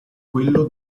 quello